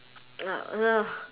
ah ah